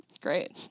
Great